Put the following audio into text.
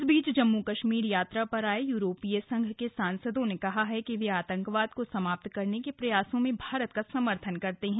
इस बीच जम्मू कश्मीर यात्रा पर आए यूरोपीय संघ के सांसदों ने कहा है कि वे आतंकवाद को समाप्त करने के प्रयासों में भारत का समर्थन करते हैं